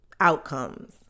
outcomes